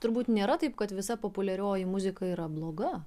turbūt nėra taip kad visa populiarioji muzika yra bloga